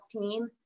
team